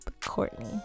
Courtney